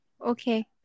Okay